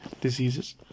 diseases